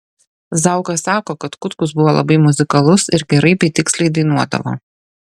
zauka sako kad kutkus buvo labai muzikalus ir gerai bei tiksliai dainuodavo